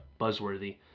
buzzworthy